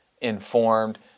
informed